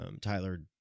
Tyler